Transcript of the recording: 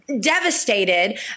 devastated